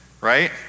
right